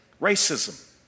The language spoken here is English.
Racism